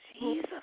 Jesus